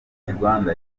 rwanda